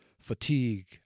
fatigue